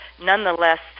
Nonetheless